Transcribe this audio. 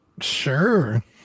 Sure